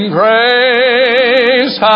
grace